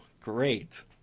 great